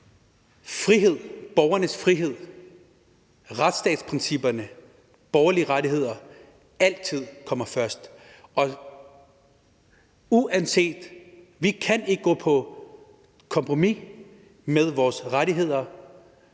at borgernes frihed, retsstatsprincipperne og borgerrettighederne altid kommer først, og uanset kan vi ikke gå på kompromis med vores rettigheder